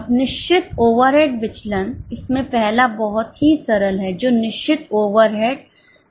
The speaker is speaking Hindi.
अब निश्चित ओवरहेड विचलन इसमें पहला बहुत ही सरल है जो निश्चित ओवरहेड लागत विचलन हैं